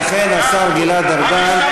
ואכן השר גלעד ארדן,